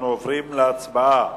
אנחנו עוברים להצבעה.